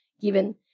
given